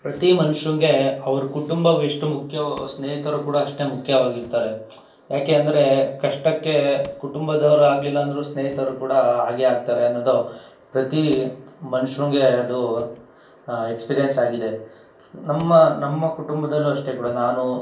ಪ್ರತಿ ಮನುಷ್ಯಂಗೆ ಅವ್ರ ಕುಟುಂಬವೆಷ್ಟು ಮುಖ್ಯವೋ ಸ್ನೇಹಿತರು ಕೂಡ ಅಷ್ಟೆ ಮುಖ್ಯವಾಗಿರ್ತಾರೆ ಯಾಕೆ ಅಂದರೆ ಕಷ್ಟಕ್ಕೆ ಕುಟುಂಬದವರು ಆಗಲಿಲ್ಲ ಅಂದರೂ ಸ್ನೇಹಿತರು ಕೂಡ ಆಗೇ ಆಗ್ತಾರೆ ಅನ್ನೋದು ಪ್ರತಿ ಮನುಷ್ಯಂಗೆ ಅದು ಎಕ್ಸ್ಪೀರೆನ್ಸ್ ಆಗಿದೆ ನಮ್ಮ ನಮ್ಮ ಕುಟುಂಬದಲ್ಲೂ ಅಷ್ಟೆ ಕೂಡ ನಾನು